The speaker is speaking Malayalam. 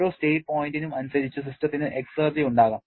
ഓരോ സ്റ്റേറ്റ് പോയിന്റിനും അനുസരിച്ച് സിസ്റ്റത്തിന് എക്സർജി ഉണ്ടാകാം